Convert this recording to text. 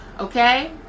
Okay